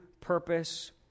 purpose